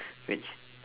which